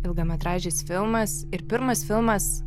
ilgametražis filmas ir pirmas filmas